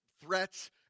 threats